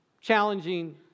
challenging